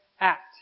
act